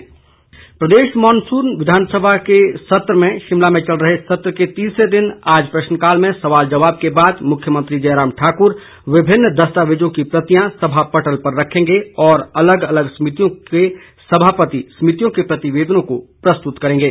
monsoon सत्र प्रदेश विधानसभा के शिमला में चल रहे मॉनसून सत्र के तीसरे दिन आज प्रश्नकाल में सवाल जवाब के बाद मुख्यमंत्री जयराम ठाकुर विभिन्न दस्तावेजों की प्रतियां सभा पटल पर रखेंगे और अलग अलग समितियों के सभापति समितियों के प्रतिवेदनों को प्रस्तुत करेंगे